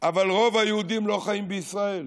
אבל רוב היהודים לא חיים בישראל,